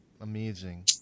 amazing